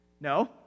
No